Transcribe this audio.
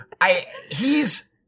I—he's